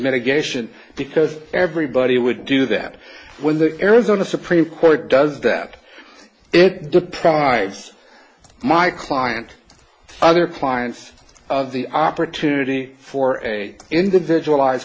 mitigation because everybody would do that when the arizona supreme court does that it deprives my client other clients of the opportunity for a individualized